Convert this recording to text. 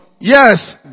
yes